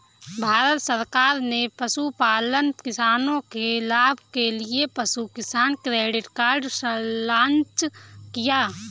भारत सरकार ने पशुपालन किसानों के लाभ के लिए पशु किसान क्रेडिट कार्ड लॉन्च किया